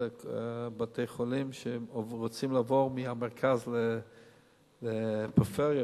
מבתי-החולים שרוצים לעבור מהמרכז לפריפריה,